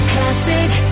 Classic